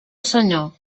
senyor